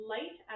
Light